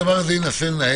ואני גם את הדבר הזה אנסה לנהל